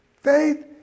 Faith